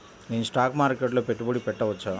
నేను స్టాక్ మార్కెట్లో పెట్టుబడి పెట్టవచ్చా?